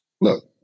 look